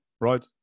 right